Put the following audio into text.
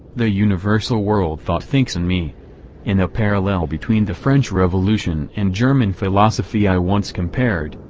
the universal world-thought thinks in me in a parallel between the french revolution and german philosophy i once compared,